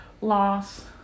loss